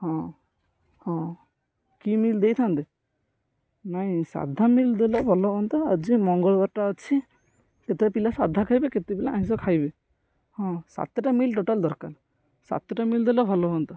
ହଁ ହଁ କି ମିଲ୍ ଦେଇଥାନ୍ତେ ନାଇଁ ସାଧା ମିଲ୍ ଦେଲେ ଭଲ ହୁଅନ୍ତା ଆଜି ମଙ୍ଗଳବାରଟା ଅଛି କେତେଟା ପିଲା ସାଧା ଖାଇବେ କେତେ ପିଲା ଆଇଁଷ ଖାଇବେ ହଁ ସାତଟା ମିଲ୍ ଟୋଟାଲ ଦରକାର ସାତଟା ମିଲ୍ ଦେଲେ ଭଲ ହୁଅନ୍ତା